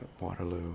Waterloo